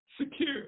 secure